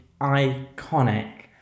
Iconic